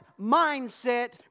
mindset